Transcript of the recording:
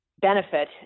benefit